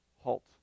halt